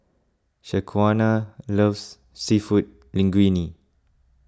Shaquana loves Seafood Linguine